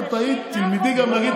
תדחי, נכון?